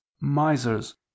misers